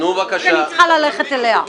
שאני צריכה ללכת אליה.